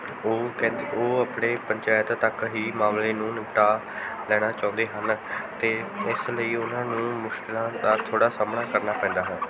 ਉਹ ਕੈਦ ਆਪਣੇ ਪੰਚਾਇਤ ਤੱਕ ਹੀ ਮਾਮਲੇ ਨੂੰ ਨਿਪਟਾ ਲੈਣਾ ਚਾਹੁੰਦੇ ਹਨ ਅਤੇ ਇਸ ਲਈ ਉਹਨਾਂ ਨੂੰ ਮੁਸ਼ਕਿਲਾਂ ਦਾ ਥੋੜ੍ਹਾ ਸਾਹਮਣਾ ਕਰਨਾ ਪੈਂਦਾ ਹੈ